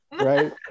Right